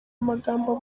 amagambo